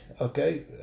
okay